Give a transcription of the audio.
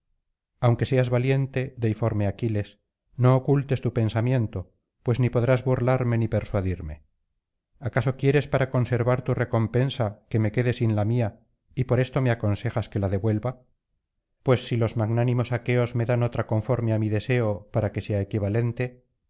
aunque seas valiente deiforme aquiles no ocultes tu pensamiento pues ni podrás burlarme ni persuadirme acaso quieres para conservar tu recompensa que me quede sin la mía y por esto me aconsejas que la devuelva pues si los magnánimos aqueos me dan otra conforme á mi deseo para que sea equivalente